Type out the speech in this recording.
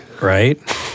Right